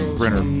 printer